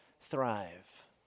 thrive